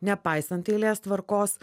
nepaisant eilės tvarkos